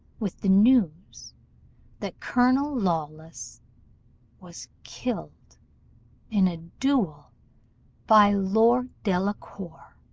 with the news that colonel lawless was killed in a duel by lord delacour